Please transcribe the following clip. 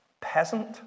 peasant